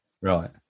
right